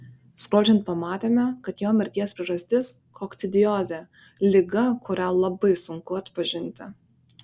skrodžiant pamatėme kad jo mirties priežastis kokcidiozė liga kurią labai sunku atpažinti